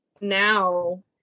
now